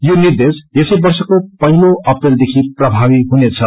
यो निर्देश यसै वर्षका पहिलो अप्रेलदेखि प्रमावी हुनेछ